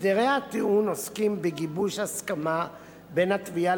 הסדרי הטיעון עוסקים בגיבוש הסכמה בין התביעה